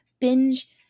binge